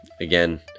again